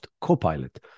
Copilot